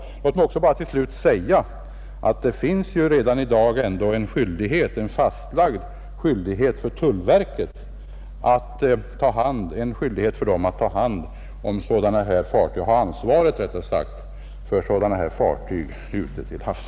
Låt mig också till slut säga att det finns ju redan i dag en fastlagd skyldighet för tullverket att ta ansvaret för sådana här fartyg ute till havs.